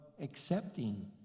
accepting